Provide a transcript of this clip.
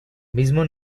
mismo